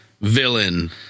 villain